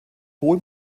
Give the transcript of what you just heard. hohe